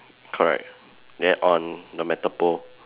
correct then on the metal pole